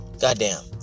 goddamn